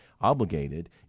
obligated